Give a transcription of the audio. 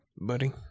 Buddy